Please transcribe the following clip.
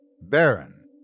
Baron